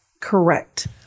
correct